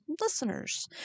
listeners